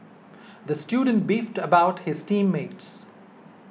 the student beefed about his team mates